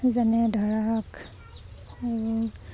যেনে ধৰক আৰু